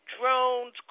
drones